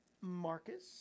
Marcus